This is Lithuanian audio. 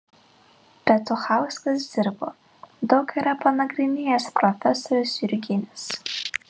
petuchauskas dirbo daug ką yra panagrinėjęs profesorius jurginis